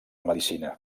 medicina